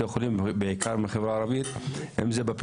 בעיקר אנשים מהחברה הערבית בפריפריה,